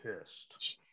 pissed